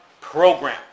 program